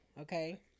Okay